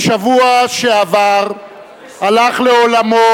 בשבוע שעבר הלך לעולמו,